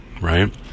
right